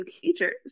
teachers